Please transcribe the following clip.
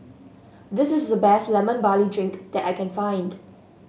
this is the best Lemon Barley Drink that I can find